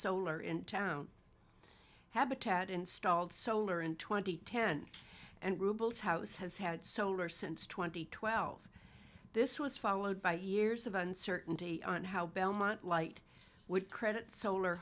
solar in town habitat installed solar in twenty ten and roubles house has had solar since twenty twelve this was followed by years of uncertainty on how belmont light would credit solar